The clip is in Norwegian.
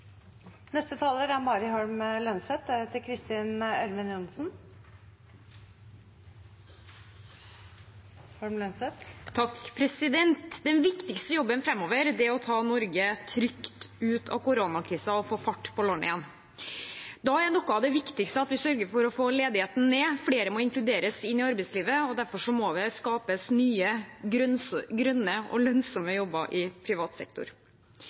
Mari Holm Lønseth [14:53:49]: Den viktigste jobben framover er å ta Norge trygt ut av koronakrisen og få fart på landet igjen. Da er noe av det viktigste at vi sørger for å få ledigheten ned. Flere må inkluderes i arbeidslivet, og derfor må det skapes nye, grønne og lønnsomme jobber i privat sektor.